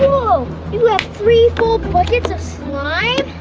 whoa, you have three full buckets of slime?